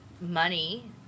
money